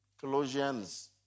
Colossians